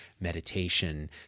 meditation